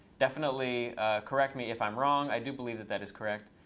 definitely correct me if i'm wrong. i do believe that that is correct.